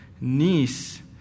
niece